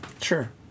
Sure